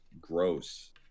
gross